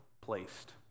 placed